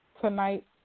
tonight